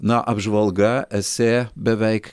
na apžvalga esė beveik